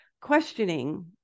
questioning